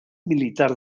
militar